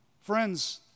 Friends